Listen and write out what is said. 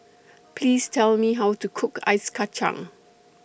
Please Tell Me How to Cook Ice Kachang